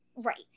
Right